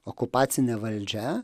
okupacinė valdžia